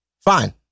Fine